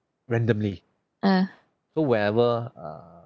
randomly so whenever err